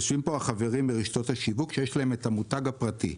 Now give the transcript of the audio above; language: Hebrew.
יושבים פה החברים מרשתות השיווק שיש להן את המותג הפרטי,